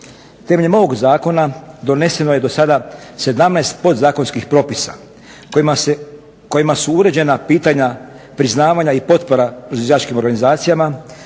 Temeljem ovog zakona doneseno je dosada 17 podzakonskih propisa kojima su uređena pitanja priznavanja i potpora … organizacijama,